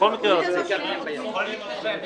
אני אמא לשני ילדים.